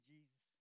Jesus